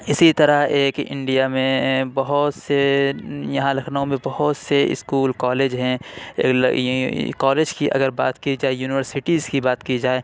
اِسی طرح ایک انڈیا میں بہت سے یہاں لکھنؤ میں بہت سے اسکول کالج ہیں کالج کی اگر بات کی جائے یونیورسٹیز کی بات کی جائے